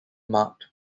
marked